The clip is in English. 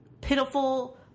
pitiful